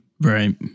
right